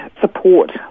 support